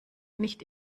nicht